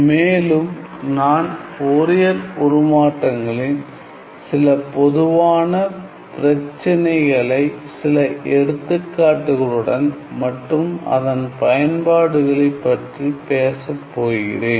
மேலும் நான் ஃபோரியர் உருமாற்றங்களின் சில பொதுவான பிரச்சனைகளை சில எடுத்துக்காட்டுகளுடன் மற்றும் அதன் பயன்பாடுகளைப் பற்றி பேசப்போகிறேன்